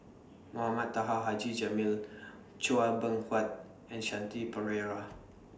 Mohamed Taha Haji Jamil Chua Beng Huat and Shanti Pereira